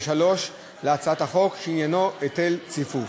ו-(3) להצעת החוק, שעניינו היטל ציפוף.